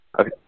Okay